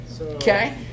Okay